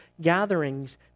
gatherings